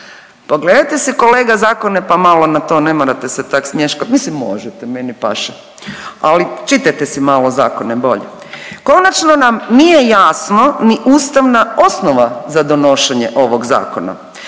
Pogledajte si kolega zakone, pa malo na to, ne morate se tak smješkat, mislim možete meni paše, ali čitajte si malo zakone bolje. Konačno nam nije jasno ni ustavna osnova za donošenje ovog zakona.